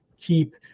keep